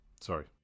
Sorry